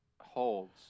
holds